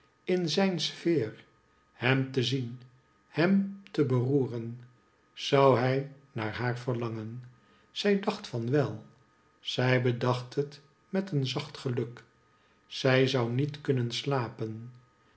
in zijn sfeer hem te zien hem te beroeren zou hij naar haar verlangen zij dacht van wel zij bedacht het met een zacht geluk zij zou niet kunnen slapen